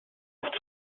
oft